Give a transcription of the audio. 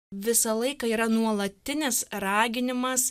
visą laiką yra nuolatinis raginimas